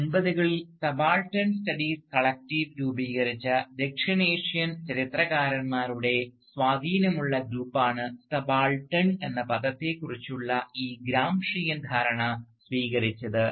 1980 കളിൽ subaltern studies collective രൂപീകരിച്ച ദക്ഷിണേഷ്യൻ ചരിത്രകാരന്മാരുടെ സ്വാധീനമുള്ള ഗ്രൂപ്പാണ് സബാൾട്ടൻ എന്ന പദത്തെക്കുറിച്ചുള്ള ഈ ഗ്രാംഷിയൻ ധാരണ സ്വീകരിച്ചത്